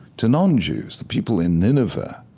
to non-jews, the people in nineveh,